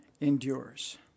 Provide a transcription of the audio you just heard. endures